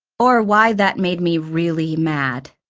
or why that made me really mad.